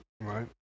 Right